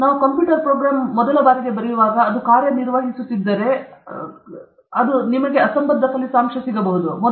ನಾವು computer program ಬರೆಯುವಾಗ ಮೊದಲ ಬಾರಿಗೆ ಅದು ಕಾರ್ಯನಿರ್ವಹಿಸುತ್ತಿದ್ದರೆ ನೀವು ಅಸಂಬದ್ಧ ಫಲಿತಾಂಶಗಳನ್ನು ಪಡೆಯುತ್ತೀರಿ ಎಂದು ನಾನು ಬರೆಯಬಹುದು